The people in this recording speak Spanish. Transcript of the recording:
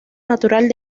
natural